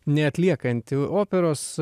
ne atliekantį operos